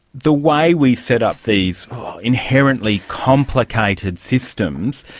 the way we set up these inherently complicated systems,